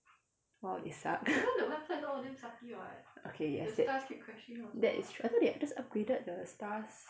!wow! they suck okay yes that that is true I thought they had just upgraded the stars